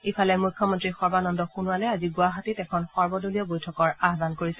ইফালে মুখ্যমন্ত্ৰী সৰ্বানন্দ সোণোৱালে আজি গুৱাহাটীত এখন সৰ্বদলীয় বৈঠকৰ আহান কৰিছে